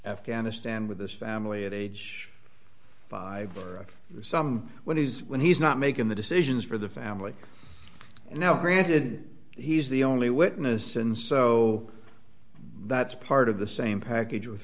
afghanistan with his family at age five or some when he's when he's not making the decisions for the family now granted he's the only witness and so that's part of the same package with